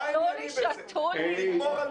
אכלו לי, שתו לי.